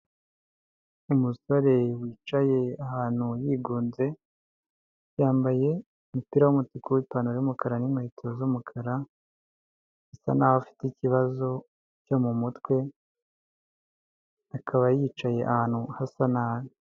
Umusore wicaye ahantu yigunze, yambaye umupira w'umutuku n'ipantaro y'umukara, n'inkweto z'umukara, asa n'aho afite ikibazo cyo mu mutwe akaba yicaye ahantu hasa nabi.